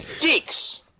Geeks